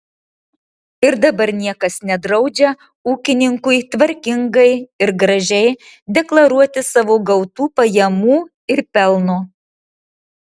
ir dabar niekas nedraudžia ūkininkui tvarkingai ir gražiai deklaruoti savo gautų pajamų ir pelno